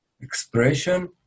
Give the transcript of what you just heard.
expression